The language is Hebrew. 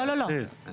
לא, לא, לא.